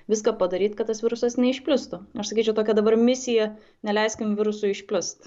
viską padaryt kad tas virusas neišplistų aš sakyčiau tokia dabar misija neleiskim virusui išplist